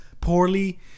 poorly